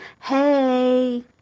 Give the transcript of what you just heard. hey